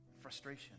frustration